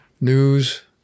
news